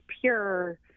pure